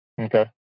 Okay